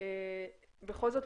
בכל זאת,